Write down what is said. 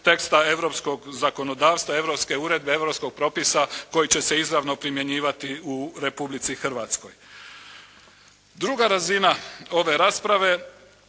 teksta europskog zakonodavstva, europske uredbe, europskog propisa koji će se izravno primjenjivati u Republici Hrvatskoj. Druga razina ove rasprave